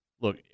look